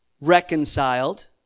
reconciled